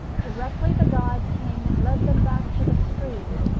directly the guide came, and led them back to the street,